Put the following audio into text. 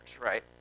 right